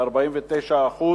ב-49%